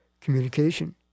communication